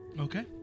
okay